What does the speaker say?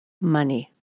money